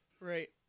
right